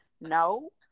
No